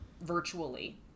virtually